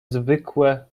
zwykłe